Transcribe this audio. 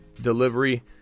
delivery